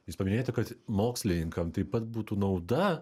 jūs paminėjote kad mokslininkam taip pat būtų nauda